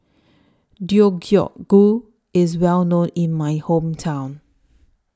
Deodeok Gu IS Well known in My Hometown